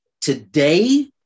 today